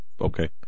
okay